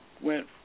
went